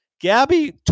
Gabby